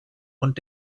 und